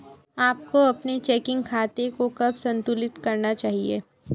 आपको अपने चेकिंग खाते को कब संतुलित करना चाहिए?